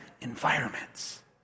Environments